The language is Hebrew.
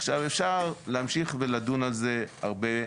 עכשיו, אפשר להמשיך ולדון על זה הרבה,